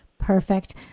Perfect